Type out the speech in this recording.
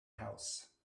house